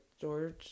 George